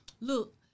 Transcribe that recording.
look